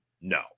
no